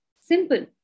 Simple